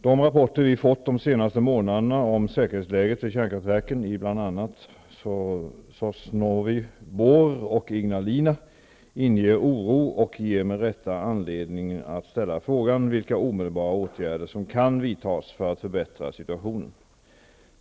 De rapporter vi fått de senaste månaderna om säkerhetsläget vid kärnkraftverken i bl.a. Sosnovyj Bor och Ignalina inger oro och ger med rätta anledning att ställa frågan vilka omedelbara åtgärder som kan vidtas för att förbättra situationen.